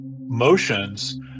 motions